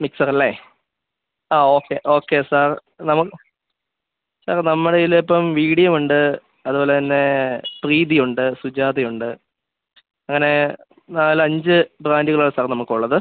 മിക്സറല്ലേ ആ okay okay sir sir നമ്മുടയിലിപ്പം V D ഉണ്ട് അതുപോലെത്തന്നെ പ്രീതിയുണ്ട് സുജാതയുണ്ട് അങ്ങനെ നാലഞ്ച് ബ്രാൻഡ്കളാണ് സാർ നമുക്കുള്ളത്